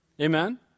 Amen